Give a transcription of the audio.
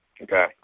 Okay